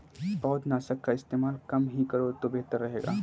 पौधनाशक का इस्तेमाल कम ही करो तो बेहतर रहेगा